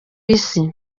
isi